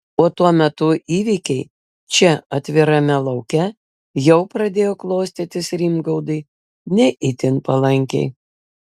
o tuo metu įvykiai čia atvirame lauke jau pradėjo klostytis rimgaudui ne itin palankiai